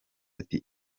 ati